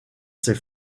ces